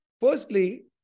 Firstly